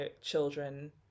children